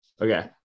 Okay